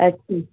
اچھا